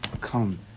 come